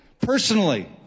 personally